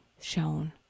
shown